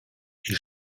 die